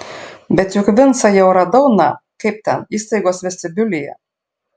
bet juk vincą jau radau na kaip ten įstaigos vestibiulyje